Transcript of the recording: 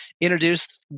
introduce